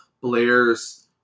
Blair's